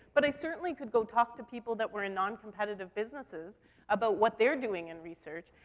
but i certainly could go talk to people that were in non-competitive businesses about what they're doing in research.